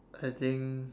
I think